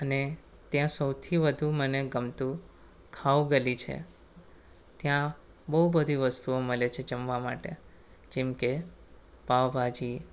અને ત્યાં સૌથી વધુ મને ગમતું ખાઉ ગલી છે ત્યાં બહુ બધી વસ્તુઓ મળે છે જમવા માટે જેમકે પાંઉભાજી